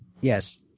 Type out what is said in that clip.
Yes